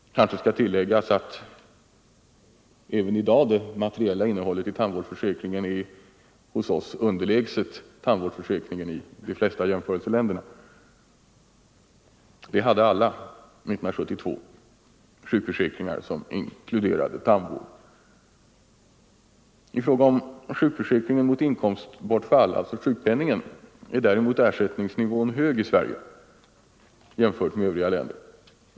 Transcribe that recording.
Det kanske skall tilläggas att även i dag det materiella innehållet i tandvårdsförsäkringen hos oss är underlägset tandvårdsförsäkringen i de flesta jämförelseländerna. De hade alla 1972 sjukförsäkringar som inkluderade tandvård. I fråga om sjukförsäkring mot inkomstbortfall, sjukpenningen, är ersättningsnivån hög i Sverige jämfört med övriga länder.